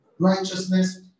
Righteousness